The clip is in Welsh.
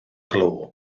glo